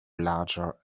larger